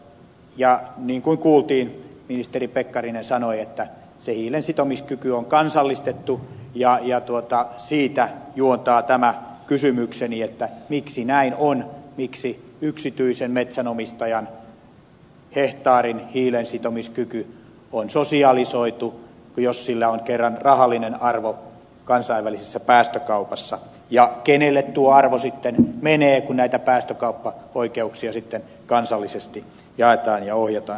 ja niin kuin kuultiin ministeri pekkarinen sanoi että hiilensitomiskyky on kansallistettu ja siitä juontaa tämä kysymykseni miksi näin on miksi yksityisen metsänomistajan hehtaarin hiilensitomiskyky on sosialisoitu jos sillä on kerran rahallinen arvo kansainvälisessä päästökaupassa ja kenelle tuo arvo sitten menee kun näitä päästökauppaoikeuksia sitten kansallisesti jaetaan ja ohjataan